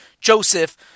Joseph